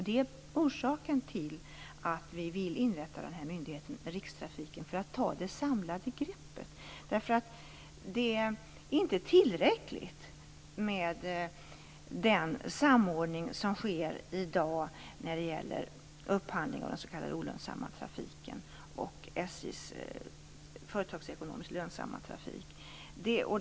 Det är orsaken till att vi vill inrätta myndigheten rikstrafiken, som skall ta det samlade greppet. Den samordning som sker i dag vad gäller upphandling av den s.k. olönsamma trafiken och SJ:s företagsekonomiskt lönsamma trafik är nämligen inte tillräcklig.